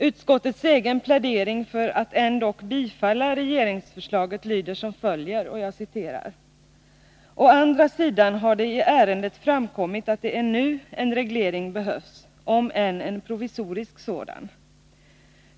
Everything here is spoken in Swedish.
Utskottets egen plädering för att ändock bifalla regeringsförslaget lyder som följer: ”Å andra sidan har det i ärendet framkommit att det är nu en reglering behövs — om än en provisorisk sådan.